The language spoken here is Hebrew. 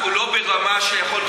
אנחנו לא ברמה שיכולנו לעבוד בתקשורת,